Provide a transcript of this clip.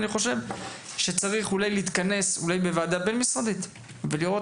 צריך להתכנס אולי בוועדה בין-משרדית ולראות